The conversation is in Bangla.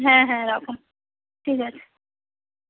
হ্যাঁ হ্যাঁ রাখুন ঠিক আছে